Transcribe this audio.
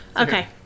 Okay